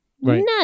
None